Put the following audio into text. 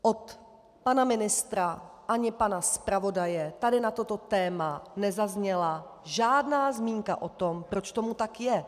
Od pana ministra ani pana zpravodaje tady na toto téma nezazněla žádná zmínka o tom, proč tomu tak je.